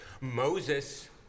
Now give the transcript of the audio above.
Moses